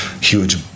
huge